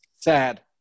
Sad